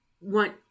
want